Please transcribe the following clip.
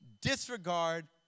disregard